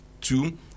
two